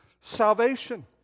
salvation